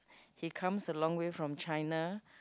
he comes a long way from China